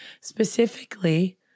Specifically